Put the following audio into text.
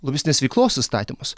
lobistinės veiklos įstatymas